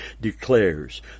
declares